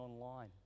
online